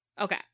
Okay